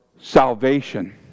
salvation